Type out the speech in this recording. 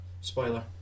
spoiler